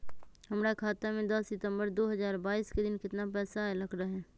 हमरा खाता में दस सितंबर दो हजार बाईस के दिन केतना पैसा अयलक रहे?